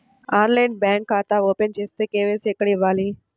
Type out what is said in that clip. ఆన్లైన్లో బ్యాంకు ఖాతా ఓపెన్ చేస్తే, కే.వై.సి ఎక్కడ ఇవ్వాలి?